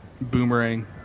Boomerang